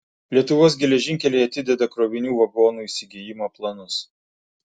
lietuvos geležinkeliai atideda krovinių vagonų įsigijimo planus